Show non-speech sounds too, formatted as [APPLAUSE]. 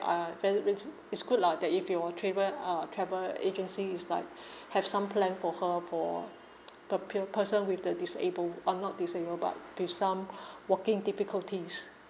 ah very very [NOISE] is good lah that if your travel uh travel agency is like [BREATH] have some plan for her for people person with the disabled uh not disable but with some [BREATH] walking difficulties